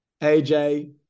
AJ